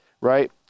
right